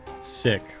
Sick